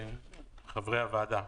חברי הוועדה,